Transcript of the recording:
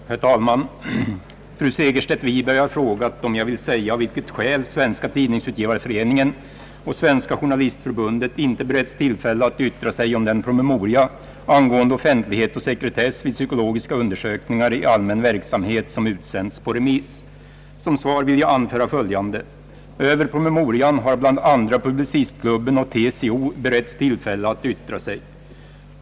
Herr talman! Fru Segerstedt Wiberg har frågat, om jag vill säga av vilket skäl Svenska tidningsutgivareföreningen och Svenska journalistförbundet inte beretts tillfälle att yttra sig om den promemoria angående offentlighet och sekretess vid psykologiska undersökningar i allmän verksamhet, som utsänts på remiss. Som svar vill jag anföra följande. Över promemorian har bland andra Publicistklubben och TCO beretts tillfälle att yttra sig.